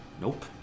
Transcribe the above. Nope